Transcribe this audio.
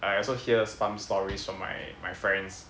I also hear some stories from my my friends